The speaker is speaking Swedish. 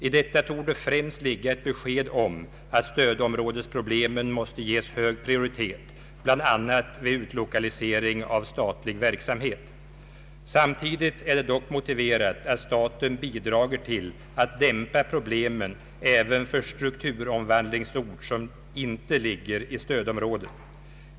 I detta torde främst ligga ett besked om att stödområdesproblemen måste ges hög prioritet, bl.a. vid utlokalisering av statlig verksamhet. Samtidigt är det dock motiverat att staten bidrager till att dämpa problemen även för strukturomvandlingsort som inte ligger i stödområde.